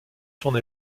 son